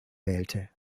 wählte